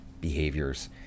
behaviors